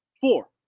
Four